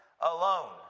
alone